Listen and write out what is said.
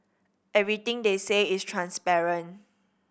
everything they say is transparent